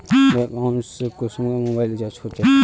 Bank account से कुंसम mobile recharge होचे?